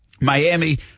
Miami